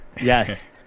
Yes